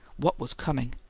what was coming?